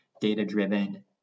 data-driven